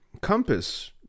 compass